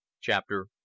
Chapter